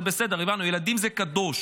זה בסדר, הבנו, ילדים זה קדוש.